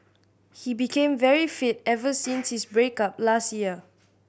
he became very fit ever since his break up last year